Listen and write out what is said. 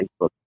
Facebook